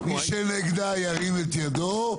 שנגדה ירים את ידו.